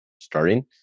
starting